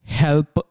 help